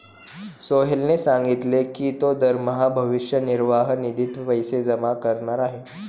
सोहेलने सांगितले की तो दरमहा भविष्य निर्वाह निधीत पैसे जमा करणार आहे